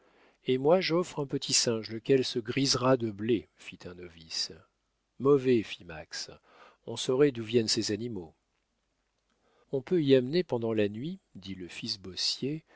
et moi j'offre un petit singe lequel se grisera de blé fit un novice mauvais fit max on saurait d'où viennent ces animaux on peut y amener pendant la nuit dit le